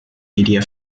media